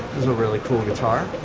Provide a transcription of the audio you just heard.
is a really cool guitar